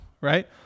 right